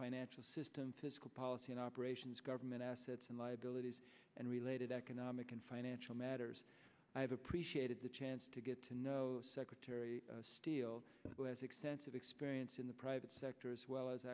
financial system to school policy and operations government assets and liabilities and related economic and financial matters i have appreciated the chance to get to know secretary steele who has extensive experience in the private sector as well as